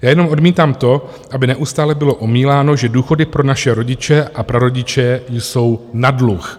Já jenom odmítám to, aby neustále bylo omíláno, že důchody pro naše rodiče a prarodiče jsou na dluh.